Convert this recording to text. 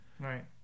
Right